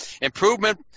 improvement